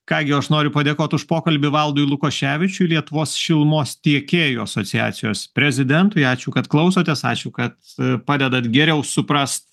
ką gi o aš noriu padėkot už pokalbį valdui lukoševičiui lietuvos šilumos tiekėjų asociacijos prezidentui ačiū kad klausotės ačiū kad padedat geriau suprast